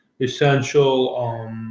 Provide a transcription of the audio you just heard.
essential –